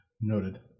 Noted